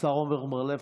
לשר עמר בר לב.